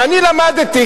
ואני למדתי,